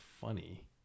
funny